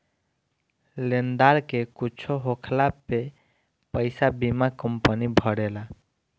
देनदार के कुछु होखला पे पईसा बीमा कंपनी भरेला